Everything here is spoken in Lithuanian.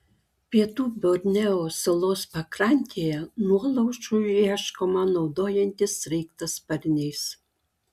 pietų borneo salos pakrantėje nuolaužų ieškoma naudojantis sraigtasparniais